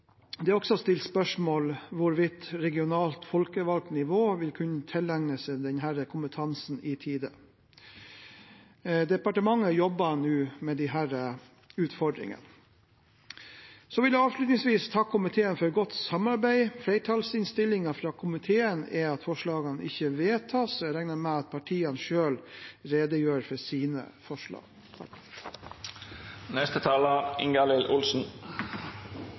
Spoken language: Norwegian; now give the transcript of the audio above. Det er også stilt spørsmål om hvorvidt regionalt folkevalgt nivå vil kunne tilegne seg denne kompetansen i tide. Departementet jobber nå med disse utfordringene. Jeg vil avslutningsvis takke komiteen for godt samarbeid. Flertallsinnstillingen fra komiteen er at forslagene ikke vedtas, og jeg regner med at partiene selv redegjør for sine forslag.